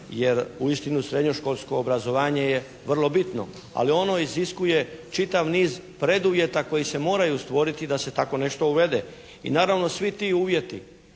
jer uistinu srednjoškolsko obrazovanje je vrlo bitno, ali ono iziskuje čitav niz preduvjeta koji se moraju stvoriti da se tako nešto uvede. I naravno svi ti uvjeti